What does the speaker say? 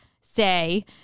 say